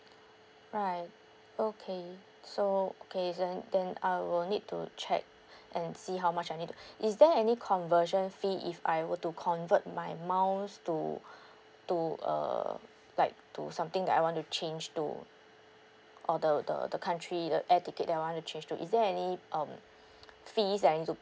right okay so okay then then I will need to check and see how much I need is there any conversion fee if I were to convert my miles to to err like to something that I want to change to or the the the country the air ticket that I want to change to is there any um fees that I need to